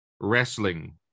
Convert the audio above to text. wrestling